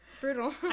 Brutal